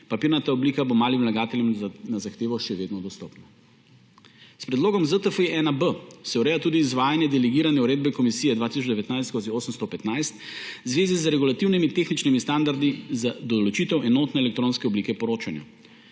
papirnata oblika bo malim vlagateljem na zahtevo še vedno dostopa. S predlogom ZTFI-1B se ureja tudi izvajanje delegirane Uredbe komisije 2019/815 v zvezi z regulativnimi in tehničnimi standardi za določitev enotne elektronske oblike poročanja.